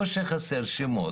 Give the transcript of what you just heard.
לא שחסר שמות.